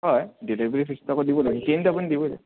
হয় ডেলিভাৰীৰ ফিজটো আপুনি দিব লাগিব সেইখিনিতো আপুনি দিবই লাগিব